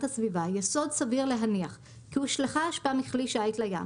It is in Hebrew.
הסביבה יסוד להניח כי הושלכה אשפה מכלי שיט לים,